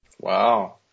Wow